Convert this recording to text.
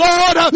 Lord